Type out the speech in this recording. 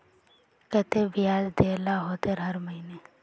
केते बियाज देल ला होते हर महीने?